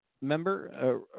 member